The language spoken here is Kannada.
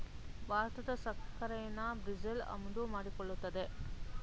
ಭಾರತದ ಸಕ್ಕರೆನಾ ಬ್ರೆಜಿಲ್ ಆಮದು ಮಾಡಿಕೊಳ್ಳುತ್ತದೆ